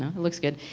it looks good.